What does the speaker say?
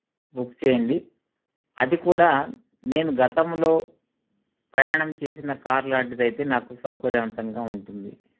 book చెయ్యండి అది కూడా నేను గతంలో ప్రయాణం చేసిన కార్ లాంటిదైతే నాకు సౌకర్యవంతంగా ఉంటుంది